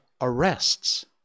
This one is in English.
arrests